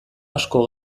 asko